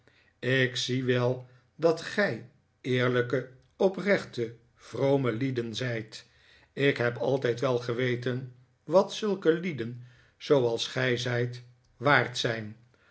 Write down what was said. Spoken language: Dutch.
ik zie wel dat gij eerlijke oprechte vrome lieden zijt ik heb altijd wel geweten wat zulke lieden zooals gij zijt waard zijn